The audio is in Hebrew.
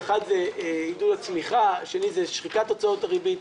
עידוד הצמיחה, שנית, שחיקת הוצאות הריבית,